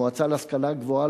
המועצה להשכלה גבוהה,